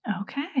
Okay